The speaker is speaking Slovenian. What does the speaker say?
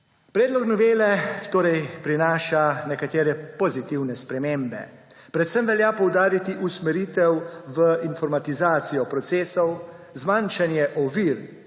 Predlog novele torej prinaša nekatere pozitivne spremembe. Predvsem velja poudariti usmeritev v informatizacijo procesov, zmanjšanje ovir